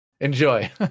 Enjoy